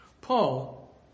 Paul